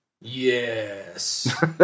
Yes